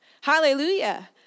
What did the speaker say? Hallelujah